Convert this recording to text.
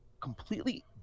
completely